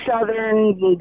southern